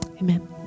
amen